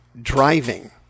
driving